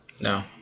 No